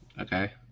Okay